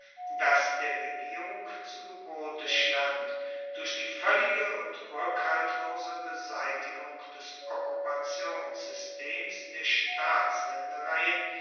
das der regierung zu gebote stand durch die voellige und rueckhaltlose beseitigung des okkupationssystems der